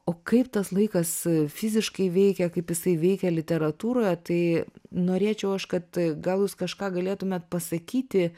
o kaip tas laikas fiziškai veikia kaip jisai veikia literatūroje tai norėčiau aš kad gal jūs kažką galėtumėt pasakyti